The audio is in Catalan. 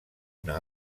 una